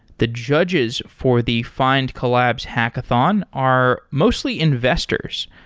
the judges for the findcollabs hachathon are mostly investors.